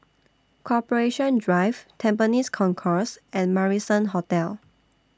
Corporation Drive Tampines Concourse and Marrison Hotel